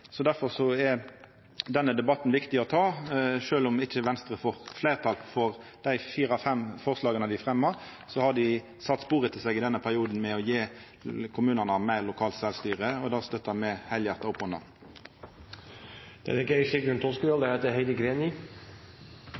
er denne debatten viktig å ta. Sjølv om Venstre ikkje får fleirtal for dei fire–fem forslaga som dei fremjar, har dei sett spor etter seg i denne perioden ved å gje kommunane meir sjølvstyre. Det støttar me heilhjarta opp